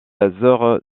eurent